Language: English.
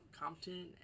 Compton